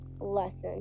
lesson